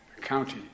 county